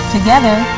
Together